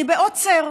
אני בעוצר.